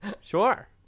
sure